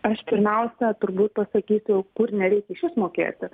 aš pirmiausia turbūt pasakyčiau kur nereikia išvis mokėti